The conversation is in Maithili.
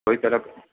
कोइ तरहक